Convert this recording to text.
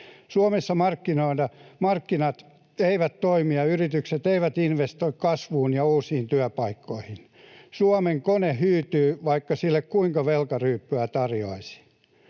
Suomessa markkinat eivät toimi ja yritykset eivät investoi kasvuun ja uusiin työpaikkoihin. Suomen kone hyytyy, vaikka sille kuinka velkaryyppyä tarjoaisi.